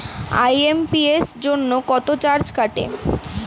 IMPS জন্য কত charge কাটে?